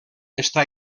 està